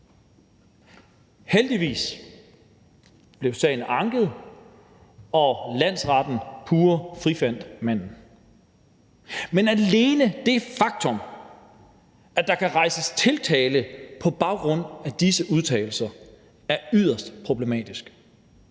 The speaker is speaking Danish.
Heldigvis blev sagen anket, og landsretten frifandt pure manden. Men alene det faktum, at der kan rejses tiltale på baggrund af disse udtalelser, er yderst problematisk